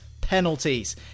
Penalties